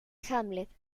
hamlet